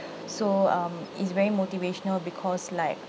so um is very motivational because like